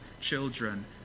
children